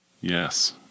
Yes